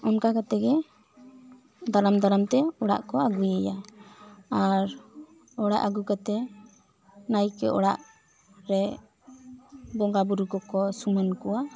ᱚᱱᱠᱟ ᱠᱟᱛᱮ ᱜᱮ ᱫᱟᱨᱟᱢ ᱫᱟᱨᱟᱢ ᱛᱮ ᱚᱲᱟᱜ ᱠᱚ ᱟᱹᱜᱩ ᱮᱭᱟ ᱟᱨ ᱚᱲᱟᱜ ᱟᱹᱜᱩ ᱠᱟᱛᱮ ᱱᱟᱭᱠᱮ ᱚᱲᱟᱜ ᱨᱮ ᱵᱚᱸᱜᱟ ᱵᱳᱨᱳ ᱠᱚᱠᱚ ᱥᱩᱱᱩᱢ ᱠᱚᱣᱟ